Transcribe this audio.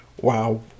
Wow